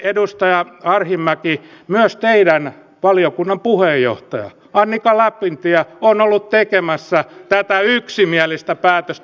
edustaja arhinmäki myös teidän valiokunnan puheenjohtaja annika lapintie on ollut tekemässä tätä yksimielistä päätöstä